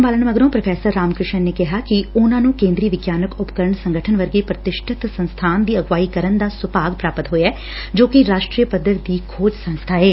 ਅਹੁਦਾ ਸੰਭਾਲਣ ਮਗਰੋਂ ਪ੍ਰੋਫੈਸਰ ਰਾਮਕ੍ਸਿਸਨ ਨੇ ਕਿਹਾ ਕਿ ਉਨੂਾ ਨੂੰ ਕੇਂਦਰੀ ਵਿਗਿਆਨਕ ਊਪਕਰਨ ਸੰਗਠਨ ਵਰਗੀ ਪ੍ਰਤੀਸ਼ਠਤ ਸੰਸਬਾਨ ਦੀ ਅਗਵਾਈ ਕਰਨ ਦਾ ਸੁਭਾਗ ਪ੍ਰਾਪਤ ਹੋਇਐ ਜੋ ਕਿ ਰਾਸਟਰੀ ਪੱਧਰ ਦੀ ਖੋਜ ਸੰਸਥਾ ਏ